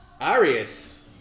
Arius